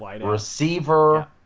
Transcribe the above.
receiver